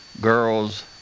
girls